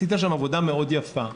עשית שם עבודה יפה מאוד.